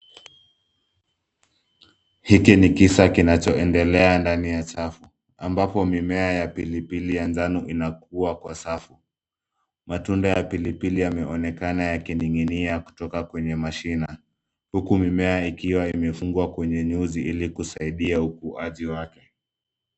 Hiki ni kisa kinachoendelea ndani ya chafu ambapo mimea ya pilipili ya njano inakuwa kwa safu. Matunda ya pilipili yameonekana yakining'inia kutoka kwenye mashina. Huku mimea ikiwa imefungwa kwenye nyuzi ili kusaidia ukuwaji wake.